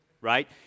right